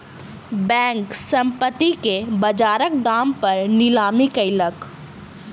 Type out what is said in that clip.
bank, संपत्ति के बजारक दाम पर नीलामी कयलक